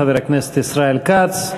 חבר הכנסת ישראל כץ.